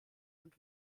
und